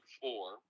four